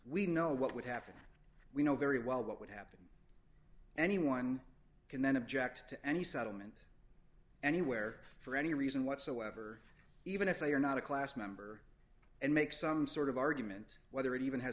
we know what would happen we know very well what would happen anyone can then object to any settlement anywhere for any reason whatsoever even if they are not a class member and make some sort of argument whether it even has